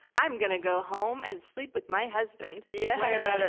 i'm gonna go home and sleep with my husband. yeah but